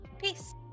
peace